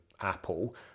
Apple